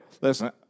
listen